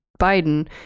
Biden